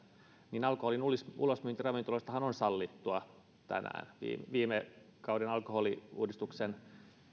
niin alkoholin ulosmyynti ravintoloistahan on sallittua tänäänkin viime kauden alkoholiuudistuksen